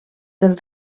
del